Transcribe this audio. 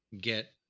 get